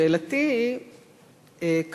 שאלתי היא כזאת: